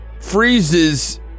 freezes